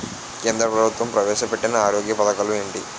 కేంద్ర ప్రభుత్వం ప్రవేశ పెట్టిన ఆరోగ్య పథకాలు ఎంటి?